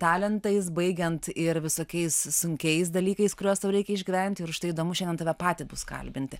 talentais baigiant ir visokiais sunkiais dalykais kuriuos tau reikia išgyventi ir už tai įdomu šiandien tave patį bus kalbinti